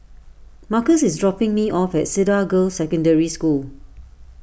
Markus is dropping me off at Cedar Girls' Secondary School